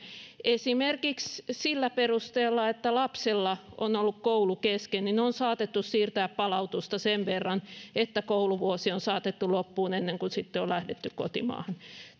esimerkiksi sillä perusteella että lapsella on on ollut koulu kesken on saatettu siirtää palautusta sen verran että kouluvuosi on saatettu loppuun ennen kuin sitten on lähdetty kotimaahan